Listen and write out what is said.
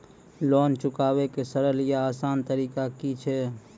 Loan चुकाबै के सरल या आसान तरीका की अछि?